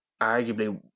arguably